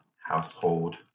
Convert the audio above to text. household